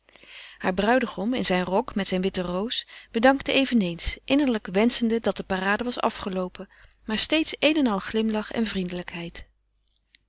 haar bruidegom in zijn rok met zijn witte roos bedankte eveneens innerlijk wenschende dat de parade was afgeloopen maar steeds een en al glimlach en vriendelijkheid